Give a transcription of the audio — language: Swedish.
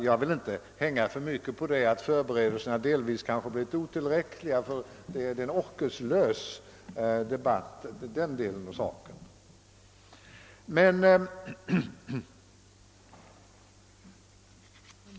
Jag vill inte hänga upp diskussionen på att förberedelserna kanske delvis varit otillräckliga, eftersom detta representerar ett ineffektivt avsnitt av debatten.